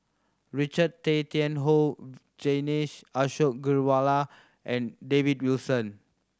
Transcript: Richard Tay Tian Hoe Vijesh Ashok Ghariwala and David Wilson